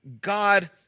God